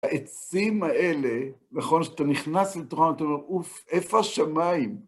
העצים האלה, נכון, כשאתה נכנס לתוכן האלה, אוף, איפה השמיים?